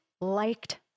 liked